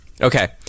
Okay